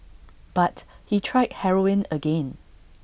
but he tried heroin again